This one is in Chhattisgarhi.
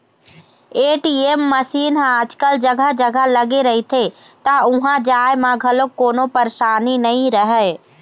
ए.टी.एम मसीन ह आजकल जघा जघा लगे रहिथे त उहाँ जाए म घलोक कोनो परसानी नइ रहय